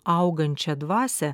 augančią dvasią